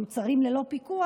והם מוצרים שמיוצרים ללא פיקוח,